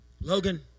Logan